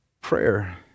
Prayer